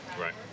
Right